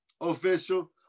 official